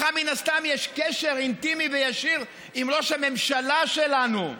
ולך מן הסתם יש קשר אינטימי וישיר עם ראש הממשלה שלנו,